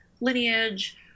lineage